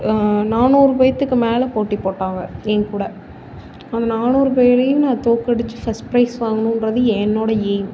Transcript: நானூறு பேருத்துக்கு மேலே போட்டி போட்டாங்க என் கூட அந்த நானூறு பேரையும் நான் தோற்கடிச்சி ஃபஸ்ட் ப்ரைஸ் வாங்கணுகிறது என்னோட எய்ம்